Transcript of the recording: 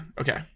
okay